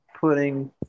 Putting